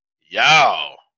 Y'all